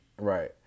right